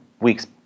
weeks